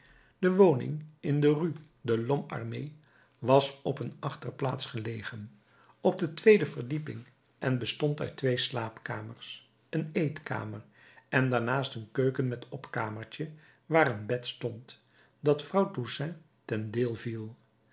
de woning in de rue de lhomme armé was op een achterplaats gelegen op de tweede verdieping en bestond uit twee slaapkamers een eetkamer en daarnaast een keuken met opkamertje waar een bed stond dat vrouw toussaint ten deel viel